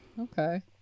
Okay